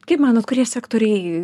kaip manot kurie sektoriai